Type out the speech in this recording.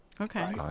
Okay